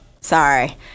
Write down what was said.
sorry